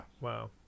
wow